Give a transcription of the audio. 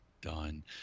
done